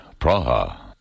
Praha